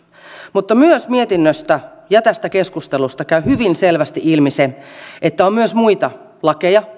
mutta myös mietinnöstä ja tästä keskustelusta käy hyvin selvästi ilmi se että tähän liittyen on myös muita lakeja